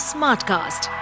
Smartcast